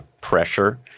pressure